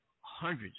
hundreds